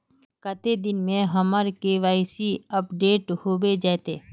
कते दिन में हमर के.वाई.सी अपडेट होबे जयते?